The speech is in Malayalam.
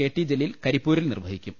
കെ ടി ജലീൽ കരിപ്പൂരിൽ നിർവ്വഹിക്കും